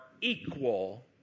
equal